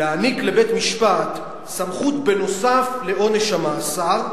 להעניק לבית-משפט סמכות בנוסף לעונש המאסר,